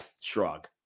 shrug